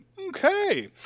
Okay